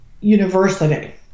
University